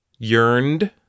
yearned